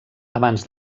abans